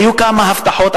היו כמה הבטחות,